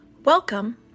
Welcome